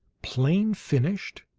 plain finished,